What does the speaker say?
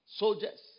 soldiers